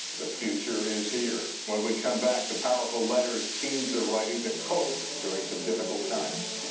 the future is here. when we come back, the powerful letters teens are writing to cope during some difficult times.